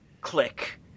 Click